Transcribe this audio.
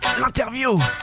l'interview